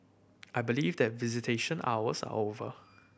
I believe that visitation hours are over